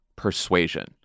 persuasion